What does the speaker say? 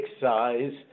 size